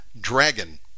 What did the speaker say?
dragon